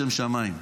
לשם שמיים,